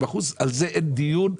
זה נכון,